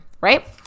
right